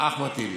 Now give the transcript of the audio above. אחמד טיבי.